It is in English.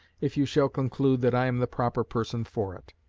if you shall conclude that i am the proper person for it